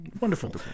Wonderful